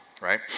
right